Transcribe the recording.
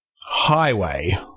Highway